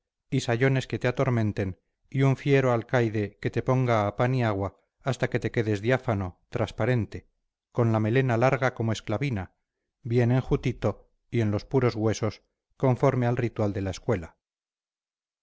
y sayones que te atormenten y un fiero alcaide que te ponga a pan y agua hasta que te quedes diáfano transparente con la melena larga como esclavina bien enjutito y en los puros huesos conforme al ritual de la escuela